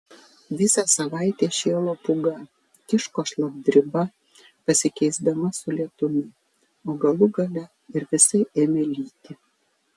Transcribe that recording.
visą savaitę šėlo pūga tiško šlapdriba pasikeisdama su lietumi o galų gale ir visai ėmė lyti